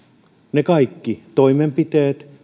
ne kaikki toimenpiteet